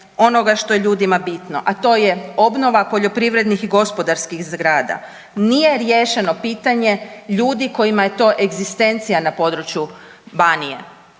onoga što je ljudima bitno, a to je obnova poljoprivrednih i gospodarskih zgrada. Nije riješeno pitanje ljudi kojima je to egzistencija na području Banije.